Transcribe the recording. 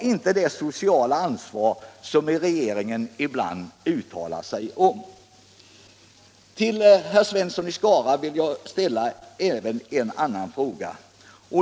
inte tar det sociala ansvar som regeringen ibland uttalat sig om. Till herr Svensson i Skara vill jag ställa ännu en fråga.